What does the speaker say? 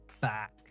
back